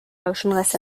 motionless